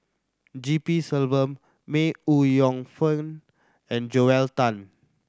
G P Selvam May Ooi Yong Fen and Joel Tan